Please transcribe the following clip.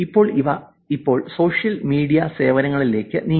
ഇപ്പോൾ ഇവ ഇപ്പോൾ സോഷ്യൽ മീഡിയ സേവനങ്ങളിലേക്ക് നീങ്ങി